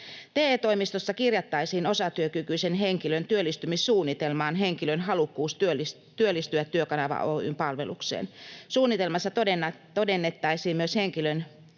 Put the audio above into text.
TE-toimistossa kirjattaisiin osatyökykyisen henkilön työllistymissuunnitelmaan henkilön halukkuus työllistyä Työkanava Oy:n palvelukseen. Suunnitelmassa todettaisiin myös henkilön